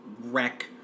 wreck